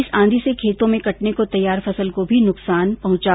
वहीं इस आंधी से खेतों में कटने को तैयार फसल को भी नुकसान पहचा